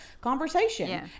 conversation